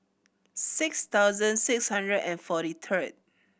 six thousand six hundred and forty third